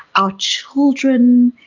our children,